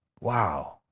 Wow